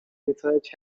research